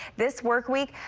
this work week.